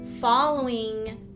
following